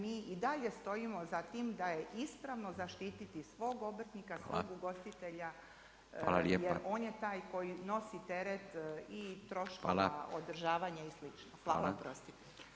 Mi i dalje stojimo za tim da je ispravno zaštititi svog obrtnika, svog ugostitelja jer on je taj koji nosi teret i troškova i održavanja i slično.